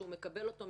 שהוא מקבל מלכתחילה,